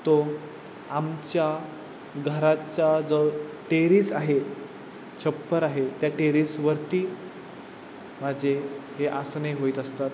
तो आमच्या घराचा जो टेरेस आहे छप्पर आहे त्या टेरेसवरती माझे हे आसने होत असतात